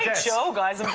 show, guys. i'm